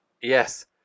Yes